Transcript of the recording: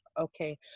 okay